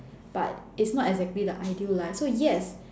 but it's not exactly the ideal life so yes